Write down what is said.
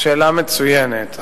שאלה מצוינת.